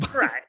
Right